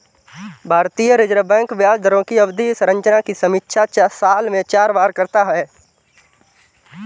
भारतीय reserve bank ब्याज दरों की अवधि संरचना की समीक्षा साल में चार बार करता है